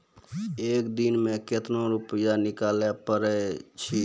एक दिन मे केतना रुपैया निकाले पारै छी?